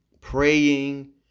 praying